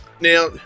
now